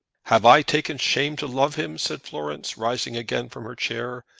have i taken shame to love him? said florence, rising again from her chair.